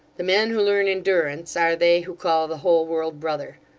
the men who learn endurance, are they who call the whole world, brother.